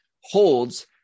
holds